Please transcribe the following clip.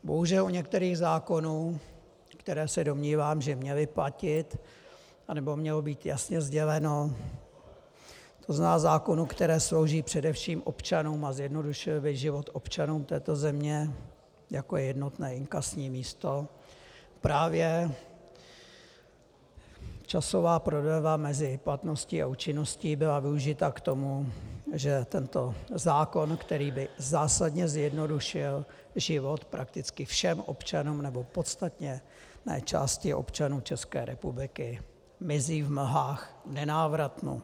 Bohužel u některých zákonů, které se domnívám, že měly platit, anebo mělo být jasně sděleno, to znamená zákonů, které slouží především občanům a zjednodušily by život občanů této země, jako je jednotné inkasní místo, právě časová prodleva mezi platností a účinností byla využita k tomu, že tento zákon, který by zásadně zjednodušil život prakticky všem občanům, nebo podstatné části občanů České republiky mizí v mlhách, nenávratnu.